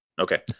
Okay